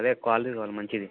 అదే క్వాలిటీది కావాలి మంచిది